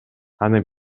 аны